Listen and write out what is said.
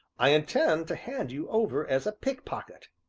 i intend to hand you over as a pickpocket.